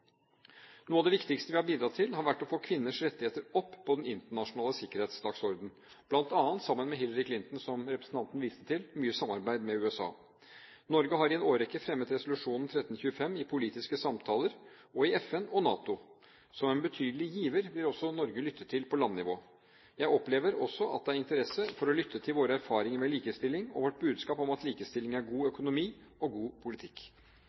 Noe av det viktigste vi har bidratt til, har vært å få kvinners rettigheter opp på den internasjonale sikkerhetsdagsordenen, bl.a. sammen med Hillary Clinton, som representanten viste til, og mye samarbeid med USA. Norge har i en årrekke fremmet resolusjon 1325 i politiske samtaler og i FN og NATO. Som en betydelig giver blir også Norge lyttet til på landnivå. Jeg opplever også at det er interesse for å lytte til våre erfaringer med likestilling og vårt budskap om at likestilling er god økonomi og god politikk.